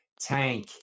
tank